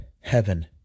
heaven